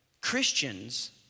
Christians